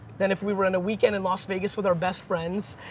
than if we were in a weekend in las vegas with our best friends,